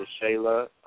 Shayla